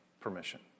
permission